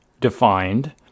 defined